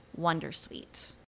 Wondersuite